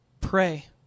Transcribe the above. Pray